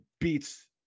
beats